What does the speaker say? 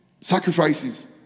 sacrifices